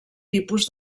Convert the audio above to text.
tipus